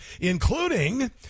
including